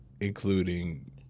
including